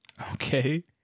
Okay